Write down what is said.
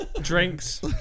Drinks